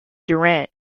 durant